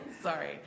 sorry